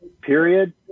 period